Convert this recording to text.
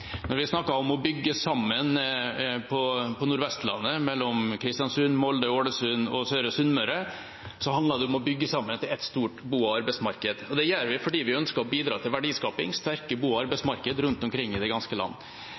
Når vi snakker om å bygge sammen på Nord-Vestlandet mellom Kristiansund, Molde, Ålesund og Sunnmøre sør, handler det om å bygge sammen til ett stort bo- og arbeidsmarked. Det gjør vi fordi vi ønsker å bidra til verdiskaping, sterke bo- og arbeidsmarked rundt omkring i det ganske land.